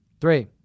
Three